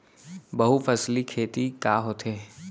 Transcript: बहुफसली खेती का होथे?